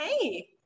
Hey